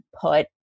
put